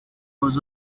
was